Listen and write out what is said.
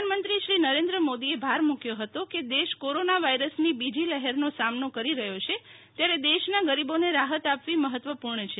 પ્રધાન મંત્રી શ્રી નરેન્દ્ર મોદીએ ભાર મૂક્યો હતો કે દેશ કોરોના વાયરસની બીજી લહેરનો સામનો કરી રહ્યો છે ત્યારે દેશના ગરીબોને રાહત આપવી મહત્વપૂર્ણ છે